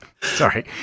sorry